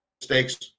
mistakes